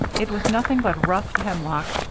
it was nothing but rough hemlock,